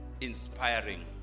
inspiring